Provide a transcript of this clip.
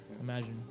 Imagine